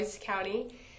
County